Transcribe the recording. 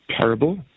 terrible